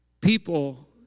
people